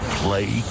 play